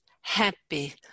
happy